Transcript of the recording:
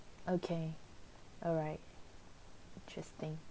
okay alright interesting